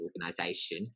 organization